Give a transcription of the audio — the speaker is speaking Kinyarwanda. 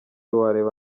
wareba